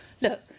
look